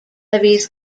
levies